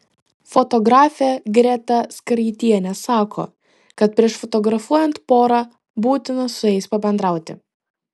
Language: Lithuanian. fotografė greta skaraitienė sako kad prieš fotografuojant porą būtina su jais pabendrauti